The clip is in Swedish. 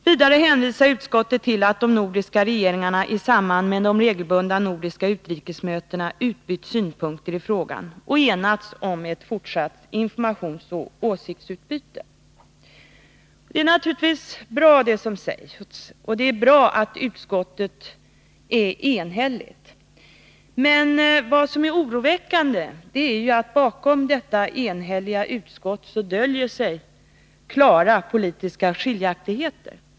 Vidare hänvisar utskottet till att de nordiska regeringarna i samband med de regelbundna nordiska utrikesministermötena har utbytt synpunkter i frågan och enats om ett fortsatt sådant informationsoch åsiktsutbyte. Det som sägs är naturligtvis bra, och det är tillfredsställande att utskottet är enhälligt. Men vad som är oroväckande är att bakom detta enhälliga utskott döljer sig klara politiska meningsskiljaktigheter.